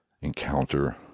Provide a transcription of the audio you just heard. encounter